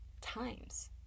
times